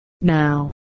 Now